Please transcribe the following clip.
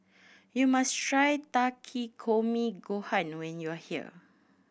you must try Takikomi Gohan when you are here